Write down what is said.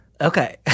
Okay